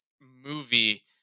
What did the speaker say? movie